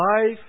life